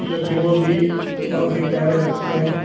जोकि वह भी बहुत ही प्यारे लगते हैं